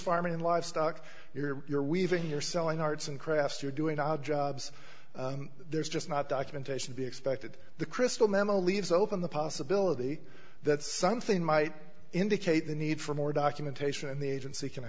farming livestock you're you're weaving you're selling arts and crafts you're doing odd jobs there's just not documentation be expected the crystal memo leaves open the possibility that something might indicate the need for more documentation and the agency can